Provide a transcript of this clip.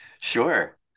sure